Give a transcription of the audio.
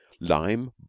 lime